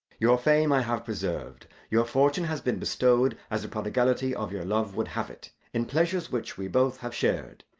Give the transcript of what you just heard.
your fame i have preserved. your fortune has been bestowed as the prodigality of your love would have it, in pleasures which we both have shared.